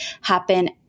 happen